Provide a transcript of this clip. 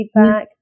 feedback